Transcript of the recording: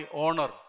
honor